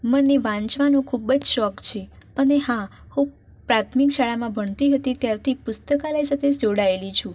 મને વાંચવાનો ખૂબ જ શોખ છે અને હા હું પ્રાથમિક શાળામાં ભણતી હતી ત્યારથી પુસ્તકાલય સાથે સ જોડાયેલી છું